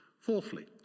Fourthly